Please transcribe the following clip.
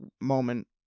moment